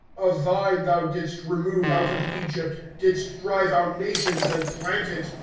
a vine thou didst remove out of egypt, didst drive out nations, and plant it.